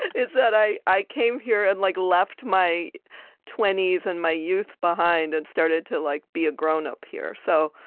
is that i i came here and like left my twenty s and my youth behind and started to like be a grown up here. so.